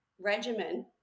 regimen